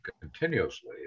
continuously